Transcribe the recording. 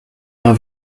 d’un